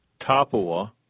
Tapua